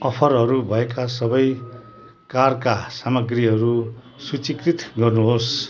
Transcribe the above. अफरहरू भएका सबै कारका सामग्रीहरू सूचीकृत गर्नुहोस्